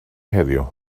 heddiw